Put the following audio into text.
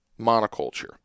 monoculture